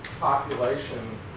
population